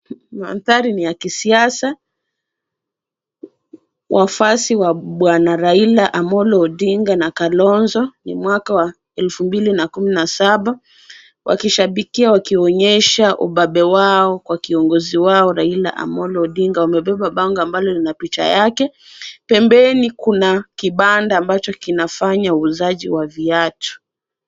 Mandhari ni ya kisiasa. Wafuasi wa bwana Raila Amollo Odinga na Kalonzo. Ni mwaka wa elfu mbili na kumi na saba wakishabikia wakionesha ubabe wao kwa kiongozi wao Raila Amollo Odinga. Wamebeba bango ambalo lina picha yake. Pembeni kuna kibanda ambacho kinafanya uuzaji wa viatu.